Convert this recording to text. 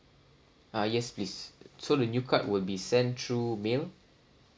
ah yes please so the new card will be sent through mail